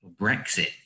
Brexit